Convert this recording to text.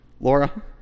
Laura